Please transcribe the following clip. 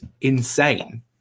insane